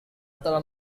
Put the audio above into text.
telah